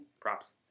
props